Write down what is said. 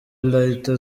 leta